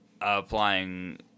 applying